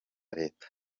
leta